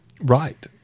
Right